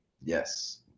yes